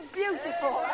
beautiful